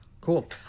Cool